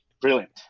Brilliant